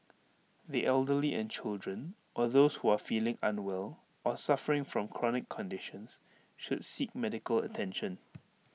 the elderly and children or those who are feeling unwell or suffering from chronic conditions should seek medical attention